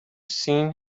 seen